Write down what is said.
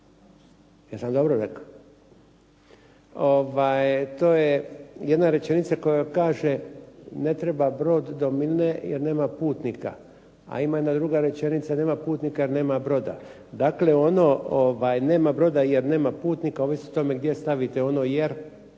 jesam dobro rekao? To je jedna rečenica koja kaže ne treba brod do Milne jer nema putnika. A ima jedna druga rečenica, nema putnika jer nema broda. Dakle, ono nema broda jer nema putnika ovisi o tome gdje stavite jer,